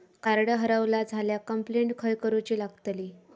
Card हरवला झाल्या complaint खय करूची लागतली?